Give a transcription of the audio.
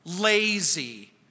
lazy